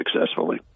successfully